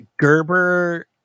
Gerber